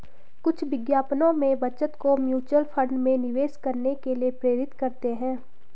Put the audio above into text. कुछ विज्ञापनों में बचत को म्यूचुअल फंड में निवेश करने के लिए प्रेरित करते हैं